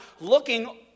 looking